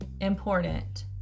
important